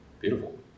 Beautiful